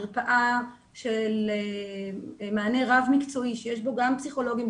מרפאה של מענה רב-מקצועי שיש בו גם פסיכולוגים,